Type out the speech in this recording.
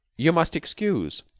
you must excuse,